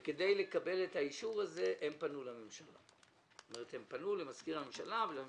כדי לקבל את האישור הזה הם פנו למזכיר הממשלה: